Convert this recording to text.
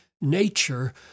nature